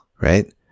right